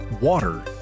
Water